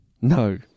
No